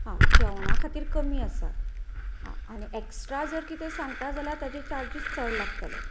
आं जेवणा खातीर कमी आसात हां आनी एक्स्ट्रा जर कितेंय सांगता जाल्यार ताजें चार्जीस चड लागतलें